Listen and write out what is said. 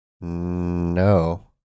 No